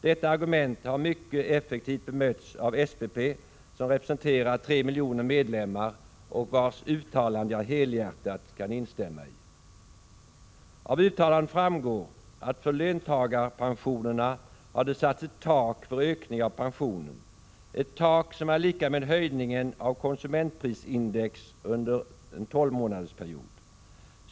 Det argumentet har mycket effektivt bemötts av SPP, som representerar 3 miljoner medlemmar och vars uttalande jag helhjärtat kan instämma i. Av uttalandet framgår att det för löntagarpensionerna har satts ett tak för ökningen av pensionen, ett tak som är lika med höjningen av konsumentprisindex under en tolvmånadersperiod.